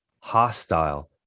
hostile